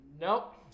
nope